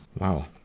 Wow